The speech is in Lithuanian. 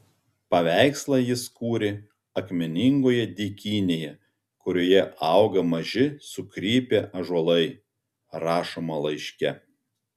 paveikslą jis kūrė akmeningoje dykynėje kurioje auga maži sukrypę ąžuolai rašoma laiške